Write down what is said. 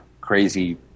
crazy